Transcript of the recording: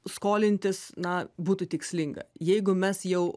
skolintis na būtų tikslinga jeigu mes jau